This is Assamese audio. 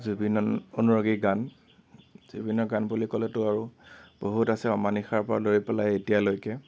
জুবিনৰ অনুৰাগীৰ গান জুবিনৰ গান বুলি ক'লেতো আৰু বহুত আছে অমানিশাৰ পৰা লৈ পেলাই এতিয়ালৈকে